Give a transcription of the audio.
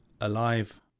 alive